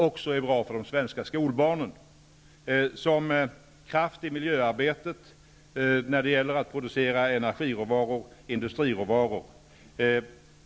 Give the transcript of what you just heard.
Detta är bra också för de svenska skolbarnen, och det är en kraft i miljöarbetet när det gäller att producera energiråvaror och industriråvaror.